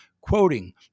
quoting